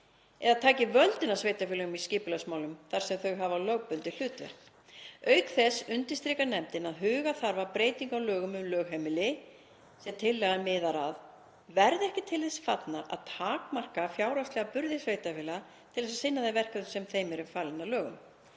eða taki völdin af sveitarfélögum í skipulagsmálum þar sem þau hafa lögbundið hlutverk. Auk þess undirstrikar nefndin að huga þarf að því að breytingar á lögum um lögheimili, sem tillagan miðar að, verði ekki til þess fallnar að takmarka fjárhagslega burði sveitarfélaga til þess að sinna þeim verkefnum sem þeim eru falin að lögum.